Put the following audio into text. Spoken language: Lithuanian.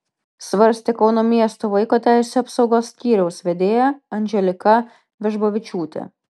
svarstė kauno miesto vaiko teisių apsaugos skyriaus vedėja andželika vežbavičiūtė